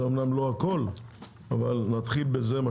זה אמנם לא הכול אבל נתחיל בזה.